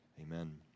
amen